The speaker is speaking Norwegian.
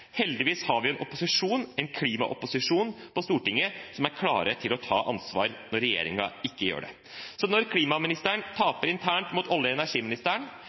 Heldigvis har vi en opposisjon – en klimaopposisjon – på Stortinget som er klar til å ta ansvar når regjeringen ikke gjør det. Så når klimaministeren taper internt mot olje- og energiministeren